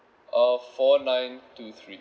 uh four nine two three